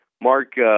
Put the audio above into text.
Mark